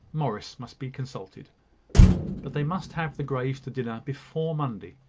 morris must be consulted but they must have the greys to dinner before monday.